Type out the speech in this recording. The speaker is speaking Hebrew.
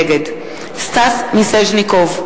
נגד סטס מיסז'ניקוב,